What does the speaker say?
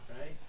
right